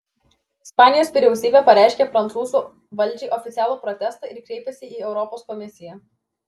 ispanijos vyriausybė pareiškė prancūzų valdžiai oficialų protestą ir kreipėsi į europos komisiją